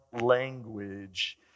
language